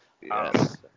Yes